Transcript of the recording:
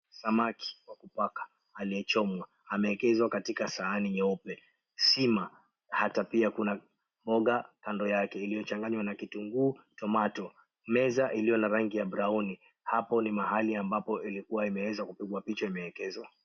Samaki wa kupaka aliyechomwa amewekezwa katika sahani nyeupe. Sima, hata pia kuna mboga kando yake iliyochanganywa na kitunguu, tomato . Meza iliyo na rangi ya browni . Hapo ni mahali ambapo ilikuwa imeweza kupigwa picha imewekezwa.